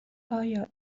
آیا